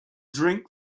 drink